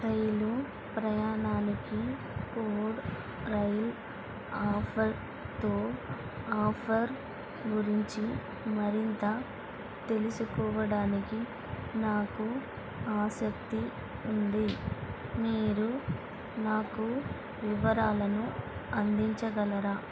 రైలు ప్రయాణానికి code rail ఆఫర్తో offer గురించి మరింత తెలుసుకోవడానికి నాకు ఆసక్తి ఉంది మీరు నాకు వివరాలను అందించగలరా